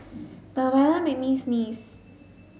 the weather made me sneeze